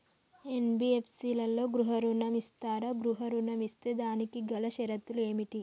NBFC లలో గృహ ఋణం ఇస్తరా? గృహ ఋణం ఇస్తే దానికి గల షరతులు ఏమిటి?